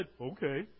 okay